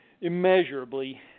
immeasurably